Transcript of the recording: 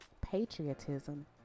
patriotism